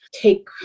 take